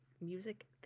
Music